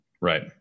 Right